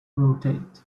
rotate